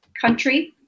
country